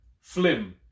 Flim